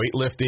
weightlifting